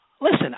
listen